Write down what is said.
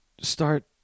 start